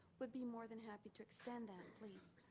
we'd be more than happy to extend them, please.